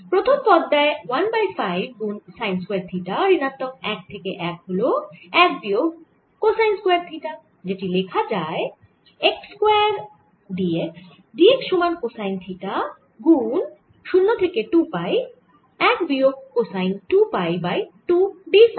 প্রথম পদ দেয় 1বাই 5 গুন সাইন স্কয়ার থিটা ঋণাত্মক 1 থেকে 1 হল 1 বিয়োগ কোসাইন স্কয়ার থিটা যেটি লেখা যায় x square d x x সমান কোসাইন থিটা গুন 0 থেকে 2 পাই 1 বিয়োগ কোসাইন2 পাই বাই 2 d ফাই